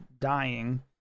dying